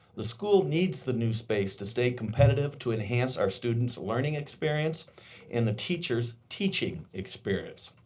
the school needs the new space to stay competitive to enhance our student's learning experience and the teacher's, teaching experience.